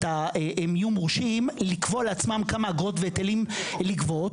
הם יהיו מורשים לקבוע לעצמם כמה אגרות והיטלים לגבות,